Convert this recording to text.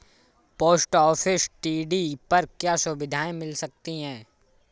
Post office TD पर क्या सुविधाएँ मिल सकती है?